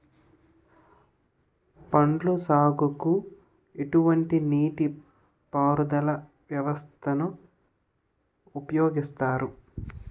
పండ్ల సాగుకు ఎటువంటి నీటి పారుదల వ్యవస్థను ఉపయోగిస్తారు?